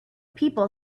people